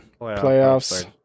Playoffs